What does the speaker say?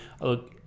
look